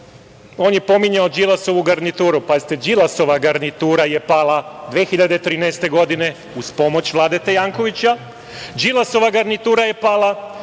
on je pominjao Đilasovu garnituru. Pazite, Đilasova garnitura je pala 2013. godine uz pomoć Vladete Jankovića. Đilasova garnitura je pala